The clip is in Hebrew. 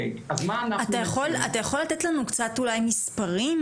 אתה יכול לתת לנו קצת אולי מספרים,